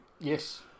Yes